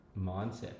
mindset